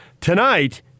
Tonight